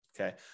okay